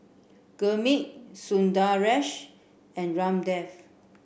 Gurmeet Sundaresh and Ramdev